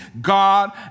God